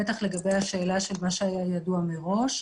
בטח לגבי השאלה לגבי מה שהיה ידוע מראש.